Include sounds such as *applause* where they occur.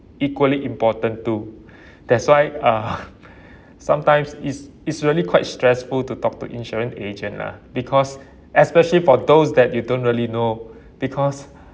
equally important too *breath* that's why ah sometimes it's it's really quite stressful to talk to insurance agent lah because especially for those that you don't really know *breath* because *breath*